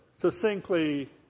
succinctly